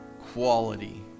quality